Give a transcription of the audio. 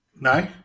No